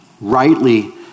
rightly